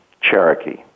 Cherokee